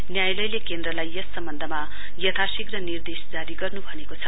न्यायालयले केन्द्रलाई यस सम्वन्धमा यथाशीघ्र निर्देश जारी गर्नु भनेको छ